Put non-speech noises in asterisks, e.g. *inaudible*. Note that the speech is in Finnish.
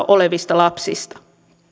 *unintelligible* olevista lapsista